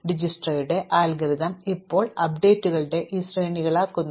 അതിനാൽ ഡിജക്സ്ട്രയുടെ അൽഗോരിതംസ് ഇപ്പോൾ അപ്ഡേറ്റുകളുടെ ഈ ശ്രേണികളാക്കുന്നു